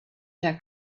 der